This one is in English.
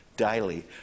daily